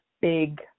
big